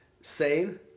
sane